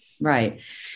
Right